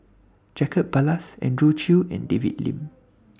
Jacob Ballas Andrew Chew and David Lim